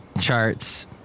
charts